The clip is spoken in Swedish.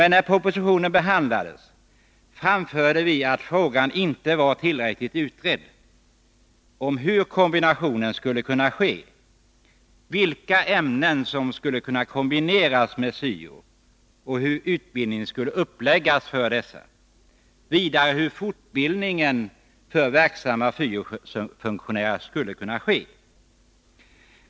När propositionen behandlades framförde vi att frågan inte var tillräckligt utredd om hur denna kombination skulle kunna ske, vilka ämnen som skulle kunna kombineras med syo, hur utbildningen skulle läggas upp för dessa och hur fortbildningen för verksamma syo-funktionärer skulle ordnas.